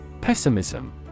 Pessimism